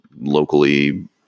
locally